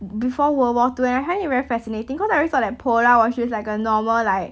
before world war two and I find it very fascinating because I always thought that Polar was just like a normal like